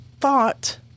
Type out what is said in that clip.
thought